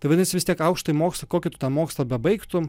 tai vadinasi vis tiek aukštąjį mokslą kokį mokslą baigtum